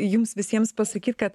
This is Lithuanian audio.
jums visiems pasakyt kad